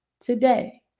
today